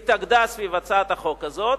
התאגדה סביב הצעת החוק הזאת,